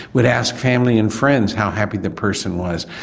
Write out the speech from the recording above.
we'd ask family and friends how happy the person was,